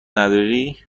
نداری